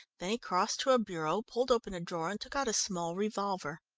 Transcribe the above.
then he crossed to a bureau, pulled open a drawer and took out a small revolver.